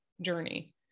journey